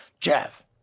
Jeff